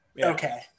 Okay